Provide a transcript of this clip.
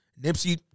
Nipsey